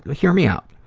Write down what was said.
hear me out.